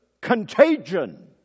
contagion